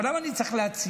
אבל למה אני צריך להציע?